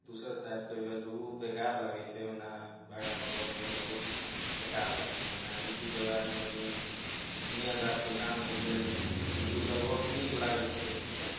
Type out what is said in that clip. दूसरा टाइपके भेल तऽ ओ ओना बेकार लगैत छै भगाबहो ओहिमे बहुत बेकार लगैत छै एना रीति रिवाजमे भेल माय बापके सामने भेल ओ सभ बहुत नीक लागैत छै देखैमे